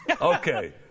Okay